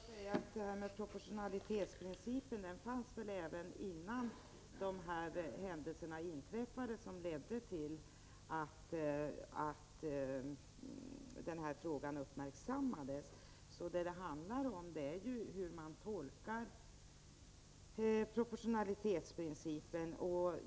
Herr talman! Jag måste bara tillägga att proportionalitetsprincipen väl fanns även innan de händelser inträffade som ledde till att denna fråga uppmärksammades. Vad det handlar om är ju hur man tolkar proportionalitetsprincipen.